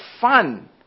fun